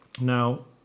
Now